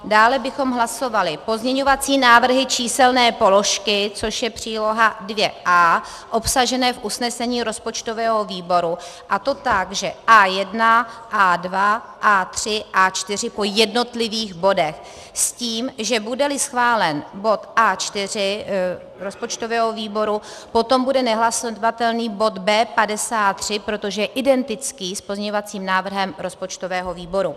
Dále bychom hlasovali pozměňovací návrhy číselné položky, což je příloha 2A, obsažené v usnesení rozpočtového výboru, a to tak, že A1, A2, A3, A4 po jednotlivých bodech s tím, že budeli schválen bod A4 rozpočtového výboru, potom bude nehlasovatelný bod B53, protože je identický s pozměňovacím návrhem rozpočtového výboru.